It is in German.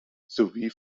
sowie